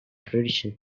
tradition